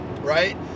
Right